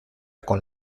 con